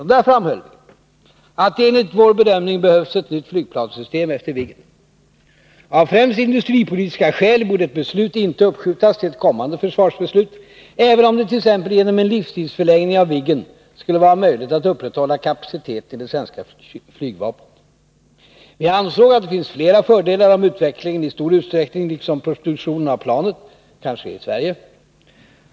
I motionen framhöll vi att det enligt vår bedömning behövs ett nytt flygplanssystem efter Viggen. Av främst industripolitiska skäl borde ett beslut inte uppskjutas till ett kommande försvarsbeslut, även om det t.ex. genom en livstidsförlängning av Viggen skulle vara möjligt att upprätthålla kapaciteten i det svenska flygvapnet. Vi anser att det finns flera fördelar, om utvecklingen i stor utsträckning — liksom produktionen av planet — kan ske i Sverige.